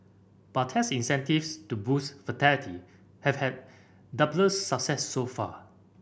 but tax incentives to boost fertility have had dubious success so far